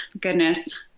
Goodness